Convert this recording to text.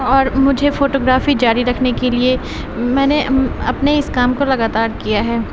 اور مجھے فوٹوگرافی جاری رکھنے کے لیے میں نے اپنے اس کام کو لگاتار کیا ہے